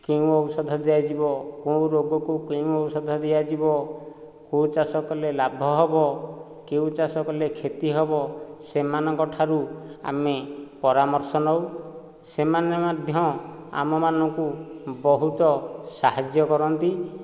କେଉଁ ଔଷଧ ଦିଆଯିବ କେଉଁ ରୋଗକୁ କେଉଁ ଔଷଧ ଦିଆଯିବ କୋଉ ଚାଷ କଲେ ଲାଭ ହେବ କେଉଁ ଚାଷ କଲେ କ୍ଷତି ହେବ ସେମାନଙ୍କ ଠାରୁ ଆମେ ପରାମର୍ଶ ନେଉ ସେମାନେ ମଧ୍ୟ ଆମ ମାନଙ୍କୁ ବହୁତ ସାହାଯ୍ୟ କରନ୍ତି